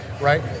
Right